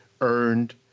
earned